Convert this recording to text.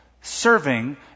Serving